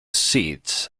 seeds